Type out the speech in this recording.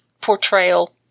portrayal